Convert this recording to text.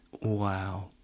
Wow